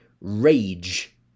Rage